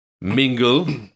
mingle